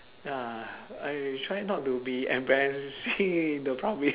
ya I try not to be embarrassing in the public